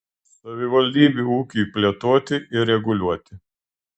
savivaldybių ūkiui plėtoti ir reguliuoti